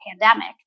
pandemic